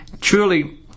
truly